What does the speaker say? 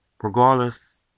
regardless